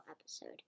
episode